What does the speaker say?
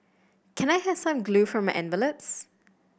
can I have some glue for my envelopes